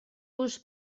los